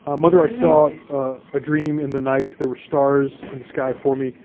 ah mother, i saw a dream in the night, there were stars in the sky for me,